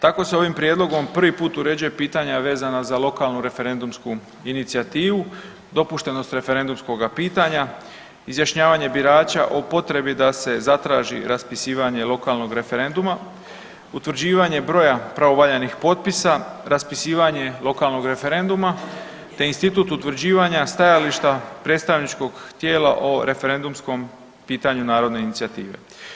Tako se ovim prijedlogom prvi put uređuje pitanja vezana za lokalnu referendumsku inicijativu, dopuštenost referendumskoga pitanja, izjašnjavanje birača o potrebi da se zatraži raspisivanje lokalnog referenduma, utvrđivanje broja pravovaljanih potpisa, raspisivanje lokalnog referenduma, te institut utvrđivanja stajališta predstavničkog tijela o referendumskom pitanju narodne inicijative.